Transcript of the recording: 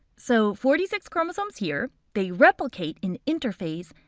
so forty six chromosomes here, they replicate in interphase,